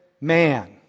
man